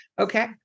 Okay